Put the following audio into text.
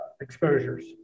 exposures